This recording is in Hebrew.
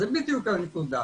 זה בדיוק הנקודה.